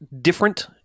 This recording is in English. different